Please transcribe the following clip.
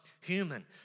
human